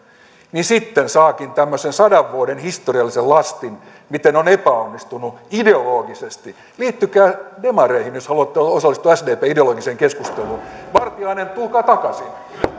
niin sitten saakin tämmöisen sadan vuoden historiallisen lastin miten on epäonnistunut ideologisesti liittykää demareihin jos haluatte osallistua sdpn ideologiseen keskusteluun vartiainen tulkaa takaisin